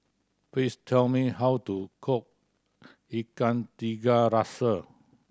please tell me how to cook Ikan Tiga Rasa